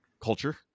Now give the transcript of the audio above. culture